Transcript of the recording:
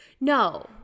No